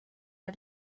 der